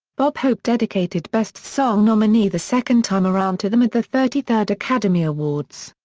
bob hope dedicated best song nominee the second time around to them at the thirty third academy awards.